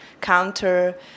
counter